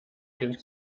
kind